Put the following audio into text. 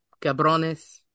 Cabrones